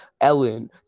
Ellen